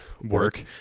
work